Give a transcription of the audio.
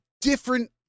different